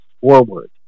forward